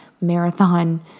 marathon